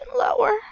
lower